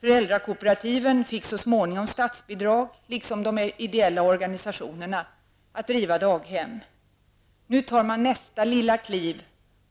Föräldrakooperativen fick liksom de ideella organisationerna så småningom statsbidrag för att driva daghem. Nu tar man nästa lilla kliv